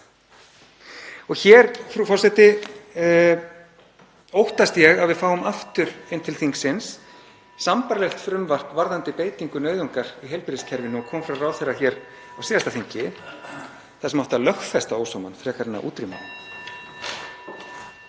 í það. Frú forseti. Ég óttast að við fáum aftur inn til þingsins sambærilegt frumvarp varðandi beitingu nauðungar í heilbrigðiskerfinu og kom frá ráðherra hér á síðasta þingi þar sem átti að lögfesta ósómann frekar en að útrýma